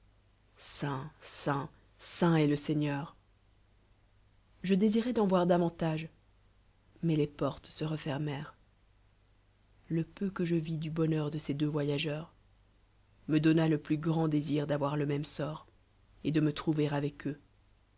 saint est l je désirois d'en voir davantage mais les portes se refermèrent le peu que je vis du bonbeur de ces deux voyageurs me donna le plus grand désir d'avoir le même ort et de metronveravcc eux